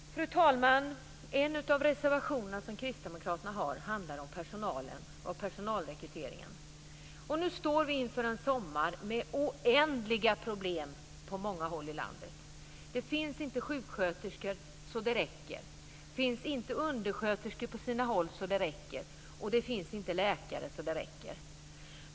Fru talman! En av reservationerna som kristdemokraterna har handlar om personalen och personalrekryteringen. Nu står vi inför en sommar med oändliga problem på många håll i landet. Det finns inte sjuksköterskor så att det räcker, det finns på sina håll inte undersköterskor så att det räcker och det finns inte läkare så att det räcker.